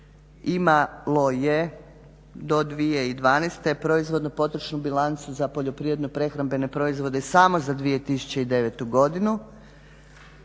imalo je do 2012. proizvodno potrošnu bilancu za poljoprivredno prehrambene proizvode samo za 2009. Godinu.